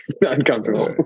uncomfortable